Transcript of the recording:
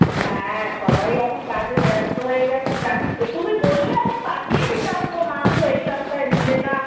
হ্যাঁ সবাই এখন কাজে ব্যস্ত হয়ে গেছে জানি তো তুমি বললে আমি পাঠিয়ে দিতাম তো মাংস এই সপ্তাহে নিলে না